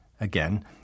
Again